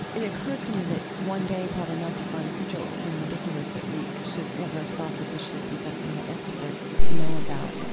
it occurs to me that one day, probably not too far in the future, it will seem ridiculous that we should ever have thought that this should be something that experts know about.